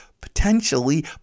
potentially